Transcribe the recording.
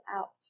out